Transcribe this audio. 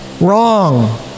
wrong